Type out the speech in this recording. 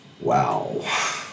Wow